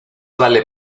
vale